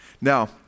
Now